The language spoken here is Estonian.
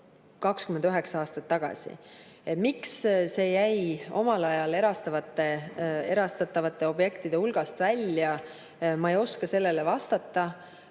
29 aastat tagasi. Miks see jäi omal ajal erastatavate objektide hulgast välja? Ma ei oska sellele vastata,